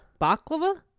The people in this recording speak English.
Baklava